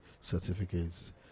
certificates